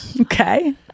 Okay